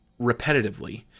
repetitively